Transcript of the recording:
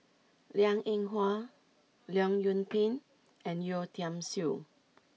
Liang Eng Hwa Leong Yoon Pin and Yeo Tiam Siew